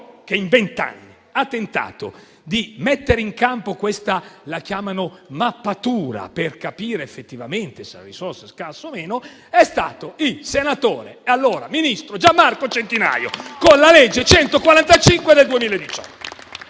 che in vent'anni ha tentato di mettere in campo questa mappatura, per capire effettivamente se la risorsa è scarsa o no, è stato il senatore e allora ministro Gian Marco Centinaio, con la legge n. 145 del 2018!